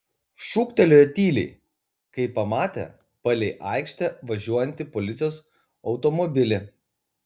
šūktelėjo tyliai kai pamatė palei aikštę važiuojantį policijos automobilį